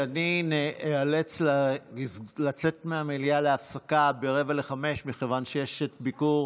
אני איאלץ לצאת מהמליאה להפסקה ב-16:45 מכיוון שיש ביקור